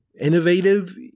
innovative